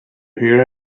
hear